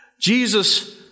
Jesus